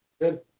good